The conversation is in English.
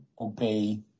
obey